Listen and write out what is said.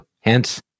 Hence